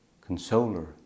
consoler